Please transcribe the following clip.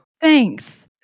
Thanks